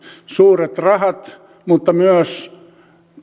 suuret rahat mutta myös